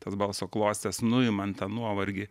tas balso klostes nuimant tą nuovargį